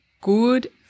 good